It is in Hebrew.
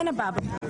אין הבאה בתור.